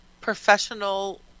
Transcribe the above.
professional